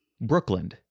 Brooklyn